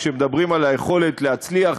כשמדברים על היכולת להצליח,